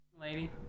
lady